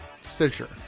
Stitcher